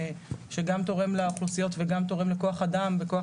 שגם תורם לאוכלוסיות וגם תורם לכוח אדם וכוח